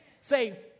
Say